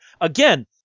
Again